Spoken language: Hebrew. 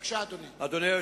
בבקשה, אדוני.